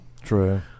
True